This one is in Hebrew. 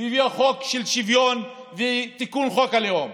והביאה חוק של שוויון ותיקון חוק הלאום,